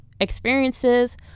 experiences